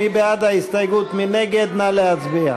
שלי יחימוביץ,